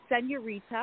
Senorita